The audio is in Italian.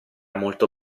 molto